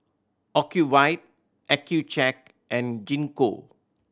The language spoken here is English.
Ocuvite Accucheck and Gingko